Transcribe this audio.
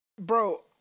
Bro